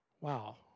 Wow